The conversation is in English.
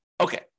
Okay